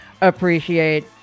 appreciate